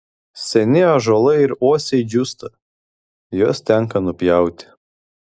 seni ąžuolai ir uosiai džiūsta juos tenka nupjauti